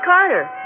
Carter